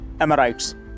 Emirates